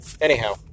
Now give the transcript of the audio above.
anyhow